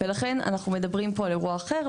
לכן, אנחנו מדברים פה על אירוע אחר.